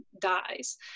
dies